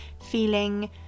feeling